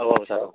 औ औ सार